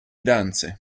danze